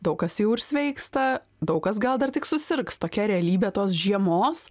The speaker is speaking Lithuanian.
daug kas jau ir sveiksta daug kas gal dar tik susirgs tokia realybė tos žiemos